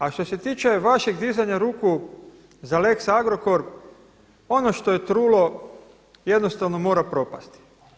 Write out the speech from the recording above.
A što se tiče vašeg dizanja ruku za lex Agrkor, ono što je trulo jednostavno mora propasti.